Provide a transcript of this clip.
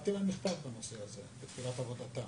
כתבתי להם מכתב בנושא הזה בתחילת עבודתם.